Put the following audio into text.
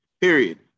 period